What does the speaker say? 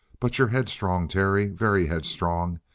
but you're headstrong, terry. very headstrong.